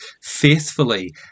faithfully